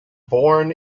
born